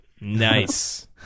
Nice